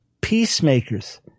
Peacemakers